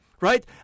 Right